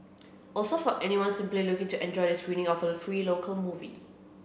also for anyone simply looking to enjoy the screening of a free local movie